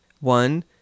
One